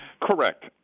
Correct